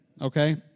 Okay